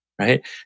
right